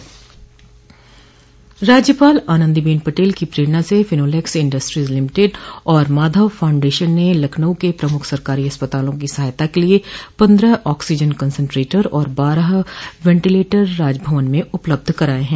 राज्यपाल आनन्दी बेन पटेल की प्रेरणा से फिनोलेक्स इण्टस्ट्रीज लिमिटेड एवं माधव फाउण्डेशन ने लखनऊ के प्रमुख सरकारी अस्पतालों की सहायता के लिए पन्दह आक्सीजन कंसेनट्रेटर और बारह वेंटीलेटर राजभवन में उपलब्ध कराये हैं